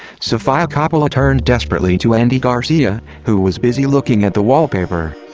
sofia coppola turned desperately to andy garcia, who was busy looking at the wallpaper.